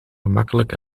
gemakkelijk